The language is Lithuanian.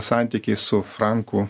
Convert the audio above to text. santykiai su frankų